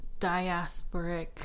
diasporic